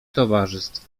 towarzystw